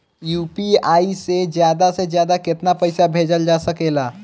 UPI से ज्यादा से ज्यादा केतना पईसा भेजल जा सकेला?